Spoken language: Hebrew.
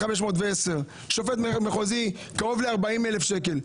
51,510. שופט בית המשפט המחוזי קרוב ל-40,000 שקל.